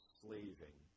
slaving